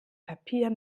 papier